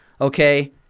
okay